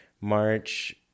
March